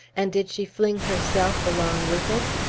and did she fling herself along with it?